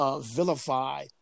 vilify